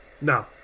No